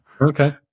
Okay